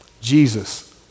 Jesus